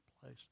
place